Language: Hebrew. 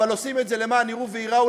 אבל עושים את זה למען יראו וייראו,